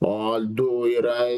o du yra